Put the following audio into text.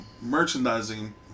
merchandising